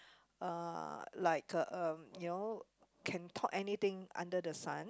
uh like (um)you know can talk anything under the sun